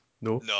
No